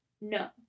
No